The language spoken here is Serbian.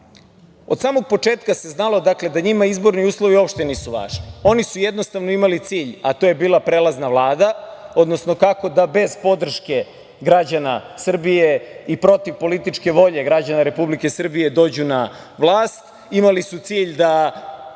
samog početka se znalo da njima izborni uslovi nisu uopšte važni. Oni su jednostavno imali cilj, a to je bila prelazna vlada, odnosno kako da bez podrške građana Srbije i protiv političke volje građana Srbije dođu na vlast. Imali su cilj da